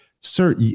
sir